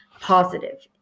positive